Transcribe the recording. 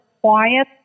quiet